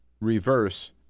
reverse